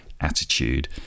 attitude